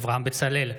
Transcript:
אברהם בצלאל,